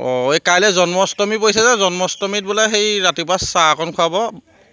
অঁ এই কাইলৈ জন্মাষ্টমী পৰিছে যে জন্মাষ্টমীত বোলে সেই ৰাতিপুৱা চাহ অকণ খুৱাব